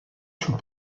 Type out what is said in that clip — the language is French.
sous